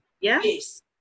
yes